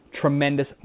tremendous